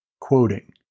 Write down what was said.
quoting